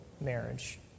marriage